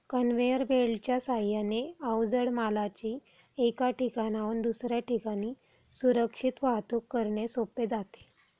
conveyor बेल्टच्या साहाय्याने अवजड मालाची एका ठिकाणाहून दुसऱ्या ठिकाणी सुरक्षित वाहतूक करणे सोपे जाते